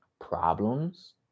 Problems